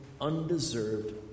undeserved